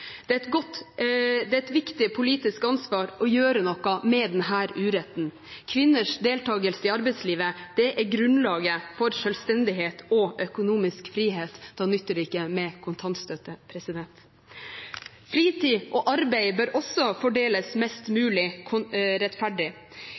Det er et viktig politisk ansvar å gjøre noe med denne uretten. Kvinners deltakelse i arbeidslivet er grunnlaget for selvstendighet og økonomisk frihet. Da nytter det ikke med kontantstøtte. Fritid og arbeid bør også fordeles mest